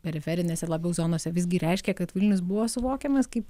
periferinėse labiau zonose visgi reiškia kad vilnius buvo suvokiamas kaip